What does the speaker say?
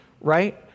right